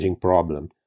problem